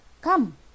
come